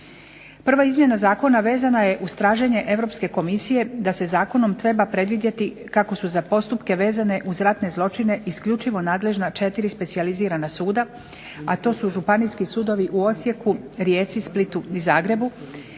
Prva izmjena zakona vezana je uz traženje Europske komisije da se zakonom treba predvidjeti kako su za postupke vezane uz ratne zločine isključivo nadležna 4 specijalizirana suda, a to su Županijski sudovi u Osijeku, Rijeci, Splitu i Zagrebu.